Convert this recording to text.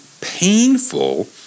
painful